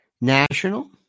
National